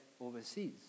overseas